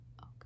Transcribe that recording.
Okay